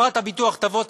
חברת הביטוח תבוא,